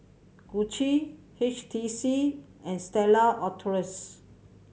Gucci H T C and Stella Artois